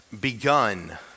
begun